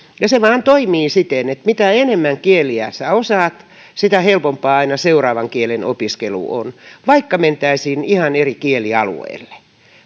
se vain toimii siten että mitä enemmän kieliä sinä osaat sitä helpompaa aina seuraavan kielen opiskelu on vaikka mentäisiin ihan eri kielialueelle